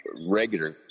regular